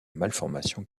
malformation